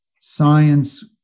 Science